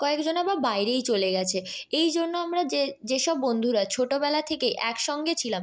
কয়েকজন আবার বাইরেই চলে গেছে এই জন্য আমরা যে যেসব বন্ধুরা ছোটোবেলা থেকে একসঙ্গে ছিলাম